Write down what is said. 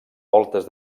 voltes